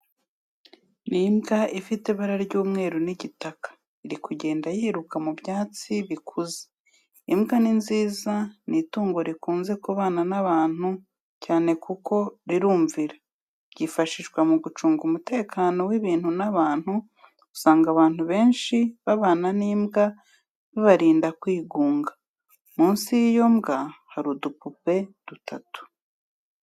Ni imbwa ifite ibara ry'umweru n'igitaka, iri kugenda yiruka mu byatsi bikuze. Imbwa ni nziza ni itungo rikunze kubana n'abantu cyane kuko rirumvira, ryifashishwa mu gucunga umutekano w'ibintu n'abantu, usanga abantu benshi babana n'imbwa, bibarinda kwigunga. Munsi y'iyo mbwa hari udupupe dutatu.